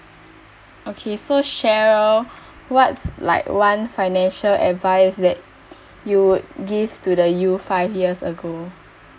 okay so cheryl what's like one financial advice that you would give to the you five years ago